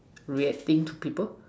reacting to people